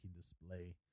display